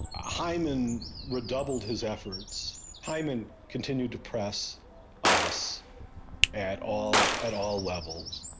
heymann were doubled his efforts, heymann continued to press us at all, at all levels.